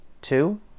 Two